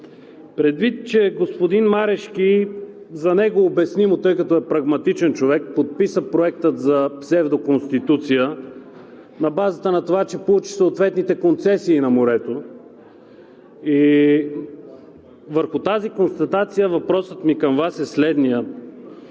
предвид че господин Марешки – за него е обяснимо, тъй като е прагматичен човек, подписа Проекта за псевдоконституция на базата на това, че получи съответните концесии на морето. Върху тази констатация въпросът ми към Вас е следният: